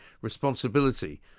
responsibility